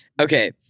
Okay